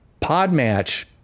PodMatch